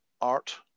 art